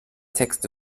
texte